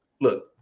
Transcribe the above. look